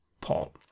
Paul